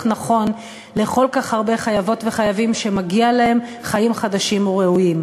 נכון לכל כך הרבה חייבות וחייבים שמגיעים להם חיים חדשים וראויים.